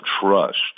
trust